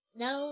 no